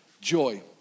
joy